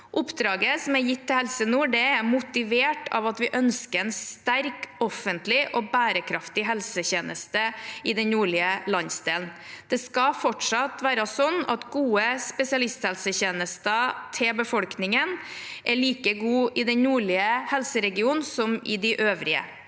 Oppdraget som er gitt til Helse nord, er motivert av at vi ønsker en sterk offentlig og bærekraftig helsetjeneste i den nordlige landsdelen. Det skal fortsatt være slik at gode spesialisthelsetjenester til befolkningen er like gode i den nordlige helseregionen som i de øvrige.